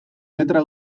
letra